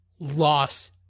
Lost